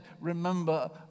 remember